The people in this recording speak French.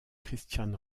christian